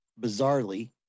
bizarrely